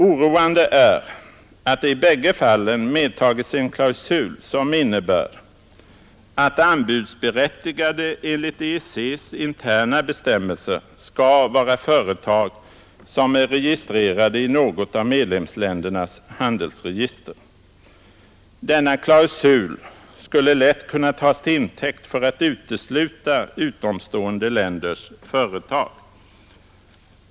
Oroande är att det i bägge fallen medtagits en klausul som innebär att anbudsberättigade enligt EEC :s interna bestämmelser skall vara företag som är registrerade i något av medlemsländernas handelsregister. Denna klausul skulle lätt kunna tas till intäkt för att utesluta utomstående länders företag.